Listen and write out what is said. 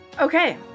okay